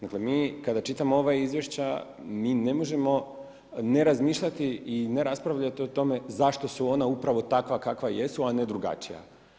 Dakle mi kada čitamo ova izvješća mi ne možemo ne razmišljati i ne raspravljati o tome zašto su ona upravo takva kakva jesu, a ne drugačija.